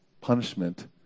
punishment